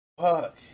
fuck